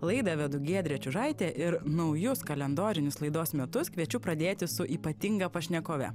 laidą vedu giedrė čiužaitė ir naujus kalendorinius laidos metus kviečiu pradėti su ypatinga pašnekove